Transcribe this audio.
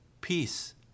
peace